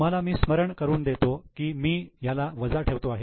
तुम्हाला मी स्मरण करून देतो की मी ह्याला वजा ठेवतो आहे